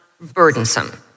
burdensome